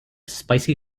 spicy